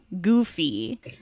goofy